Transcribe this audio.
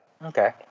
Okay